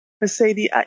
Mercedes